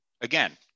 Again